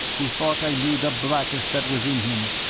who thought i knew the blackest that was in him.